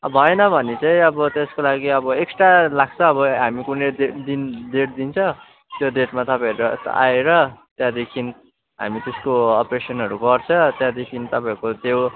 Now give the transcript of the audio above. अब भएन भने चाहिँ अब त्यसको लागि अब एक्सट्रा लाग्छ अब हामी कुन चाहिँ दिन डेट दिन्छ त्यो डेटमा तपाईँहरू आएर त्यहाँदेखि हामी त्यसको अपरेसनहरू गर्छ त्यहाँदेखि तपाईँको त्यो